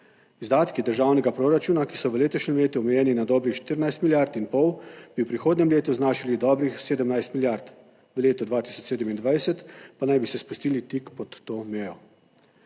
Izdatki državnega proračuna, ki so v letošnjem letu omejeni na dobrih 14 milijard in pol, bi v prihodnjem letu znašali dobrih 17 milijard, v letu 2027 pa naj bi se spustili tik pod to mejo.